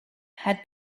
had